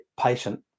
patient